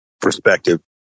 perspective